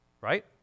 right